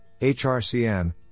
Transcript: HRCN